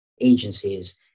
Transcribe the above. agencies